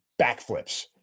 backflips